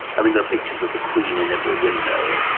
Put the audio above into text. i mean there are pictures of the queen in every window,